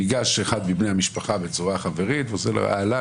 ניגש אחד מבני המשפחה בצורה חברית ועושה לו: אהלן,